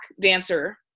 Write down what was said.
dancer